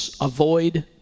avoid